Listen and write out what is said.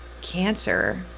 cancer